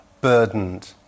burdened